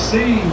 See